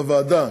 בוועדה,